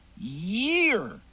year